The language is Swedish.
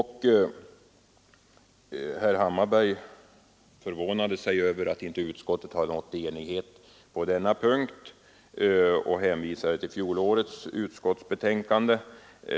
Herr Hammarberg förvånade sig över att utskottet inte kunnat uppnå enighet på denna punkt. Han hänvisade till fjolårets utskottsbetänkande.